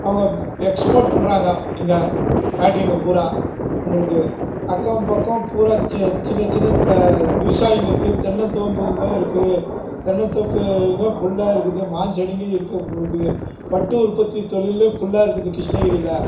அவங்க எக்ஸ்போர்ட் பண்ணுறாங்க இங்கே ஃபேக்ட்ரிங்கள் பூரா உங்களுக்கு அக்கம் பக்கம் பூரா சி சின்ன சின்ன விவசாயம் இருக்குது தென்னந்தோம்புங்கள் இருக்குது தென்னந்தோப்புங்கள் ஃபுல்லாக இருக்குது மாஞ்செடிங்கள் இருக்குது உங்களுக்கு பட்டு உற்பத்தி தொழிலு ஃபுல்லாக இருக்குது கிருஷ்ணகிரியில்